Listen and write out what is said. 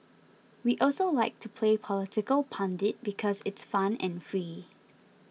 we also like to play political pundit because it's fun and free